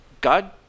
God